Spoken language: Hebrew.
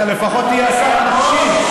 אתה לפחות תהיה השר המקשיב.